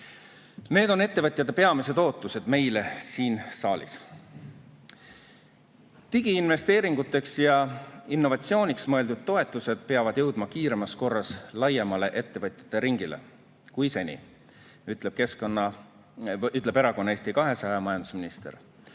Need on ettevõtjate peamised ootused meile siin saalis. Digiinvesteeringuteks ja innovatsiooniks mõeldud toetused peavad jõudma kiiremas korras laiema ettevõtjate ringini kui seni, ütleb erakonna Eesti 200 majandusminister.